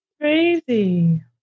Crazy